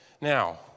Now